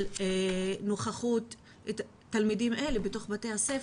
על נוכחות תלמידים אלה בתוך בתי הספר.